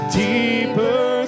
deeper